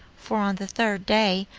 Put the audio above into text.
for, on the third day,